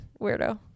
weirdo